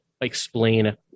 explain